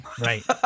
Right